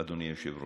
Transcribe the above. אדוני היושב-ראש.